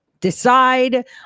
decide